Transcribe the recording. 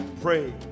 pray